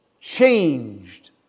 changed